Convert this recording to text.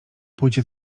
pójdzie